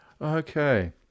Okay